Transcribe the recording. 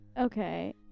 Okay